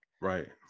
Right